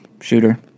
shooter